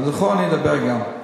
על "זכור" אני אדבר גם.